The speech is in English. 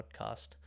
podcast